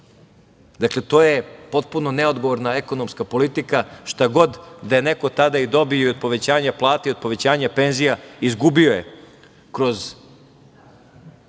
dinara. To je potpuno neodgovorna ekonomska politika, šta god da je neko i tada dobio od povećanja plata i povećanja penzija izgubio je kroz